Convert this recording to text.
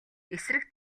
эсрэг